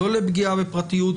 לא לפגיעה בפרטיות,